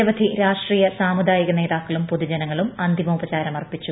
നിരവധി രാഷ്ട്രീയ സാമുദ്ദായിക നേതാക്കളും പൊതുജനങ്ങളും അന്തിമോപചാരമർപ്പിച്ചു